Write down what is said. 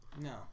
No